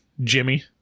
jimmy